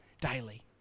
daily